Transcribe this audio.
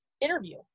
interview